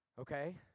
Okay